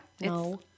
no